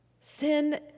Sin